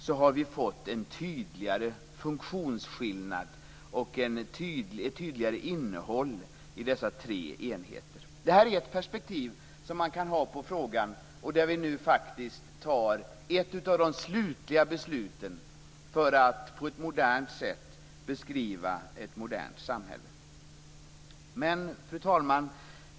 Vi har fått en tydligare funktionsskillnad och ett tydligare innehåll i dessa tre enheter. Det här är ett perspektiv som man kan ha på frågan. Nu fattar vi faktiskt ett av de slutliga besluten för att på ett modernt sätt beskriva ett modernt samhälle. Fru talman!